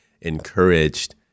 encouraged